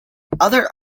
other